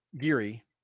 Geary